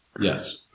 Yes